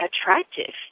attractive